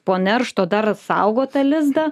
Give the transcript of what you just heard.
po neršto dar saugo tą lizdą